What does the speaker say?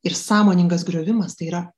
ir sąmoningas griovimas tai yra